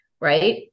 right